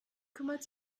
kümmert